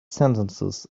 sentences